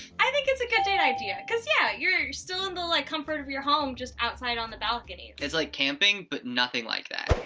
i think it's a good date idea, cause yeah, you're still in the like comfort of your home, just outside on the balcony. it's like camping but nothing like that.